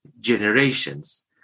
generations